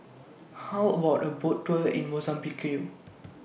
How about A Boat Tour in Mozambique